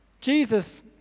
Jesus